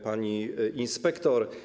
Pani Inspektor!